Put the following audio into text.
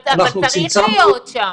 אבל צריך להיות שם.